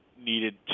needed